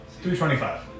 325